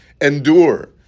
endure